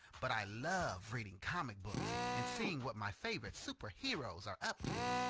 but i love reading comic books and seeing what my favorite superheroes are up to.